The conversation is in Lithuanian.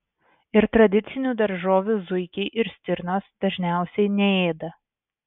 ir tradicinių daržovių zuikiai ir stirnos dažniausiai neėda